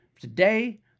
today